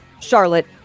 Charlotte